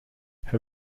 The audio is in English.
her